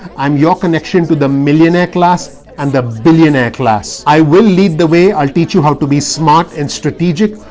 i'm your connection to the millionaire class and the billionaire class. i will lead the way. i'll teach you how to be smart and strategic,